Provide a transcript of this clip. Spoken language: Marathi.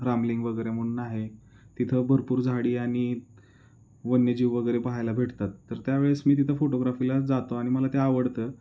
रामलिंग वगैरे म्हणून आहे तिथं भरपूर झाडी आणि वन्यजीव वगैरे पाहायला भेटतात तर त्यावेळेस मी तिथं फोटोग्राफीला जातो आणि मला ते आवडतं